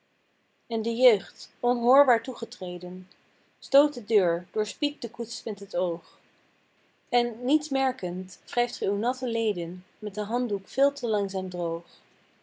en de jeugd onhoorbaar toegetreden stoot de deur doorspiedt de koets met t oog en niets merkend wrijft ge uw natte leden met den handdoek veel te langzaam droog